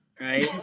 right